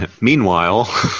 Meanwhile